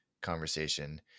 conversation